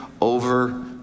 over